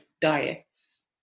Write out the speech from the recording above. diets